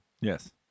Yes